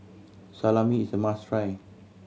salami is a must try